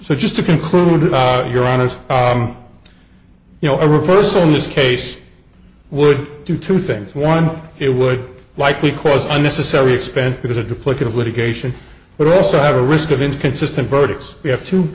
so just to conclude if you're honest you know a reversal in this case would do two things one it would likely cause unnecessary expense because a duplicate of litigation but also have a risk of inconsistent verdicts we have t